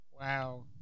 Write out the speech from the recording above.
Wow